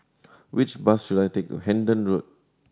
which bus should I take to Hendon Road